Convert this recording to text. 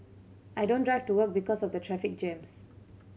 I don't drive to work because of the traffic jams